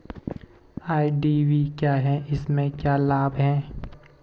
IDV क्या है इसमें क्या लाभ है?